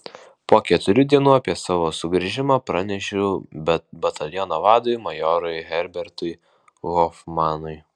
po keturių dienų apie savo sugrįžimą pranešiau bataliono vadui majorui herbertui hofmanui